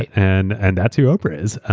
and and that's who oprah is.